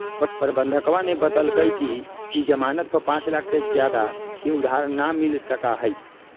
प्रबंधकवा ने बतल कई कि ई ज़ामानत पर पाँच लाख से ज्यादा के उधार ना मिल सका हई